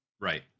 right